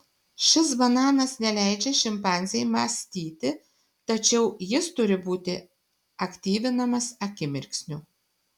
šis bananas neleidžia šimpanzei mąstyti tačiau jis turi būti aktyvinamas akimirksniu